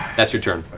that's your turn.